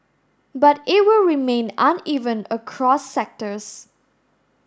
but it will remain uneven across sectors